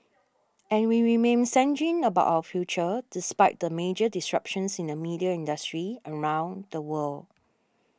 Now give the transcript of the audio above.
and we remain sanguine about our future despite the major disruptions in the media industry around the world